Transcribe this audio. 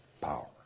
power